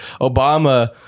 obama